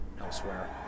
elsewhere